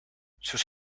sus